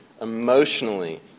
emotionally